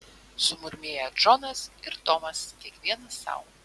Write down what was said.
sumurmėję džonas ir tomas kiekvienas sau